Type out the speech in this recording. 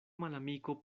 malamiko